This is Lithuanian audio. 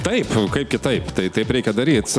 taip kaip kitaip tai taip reikia daryt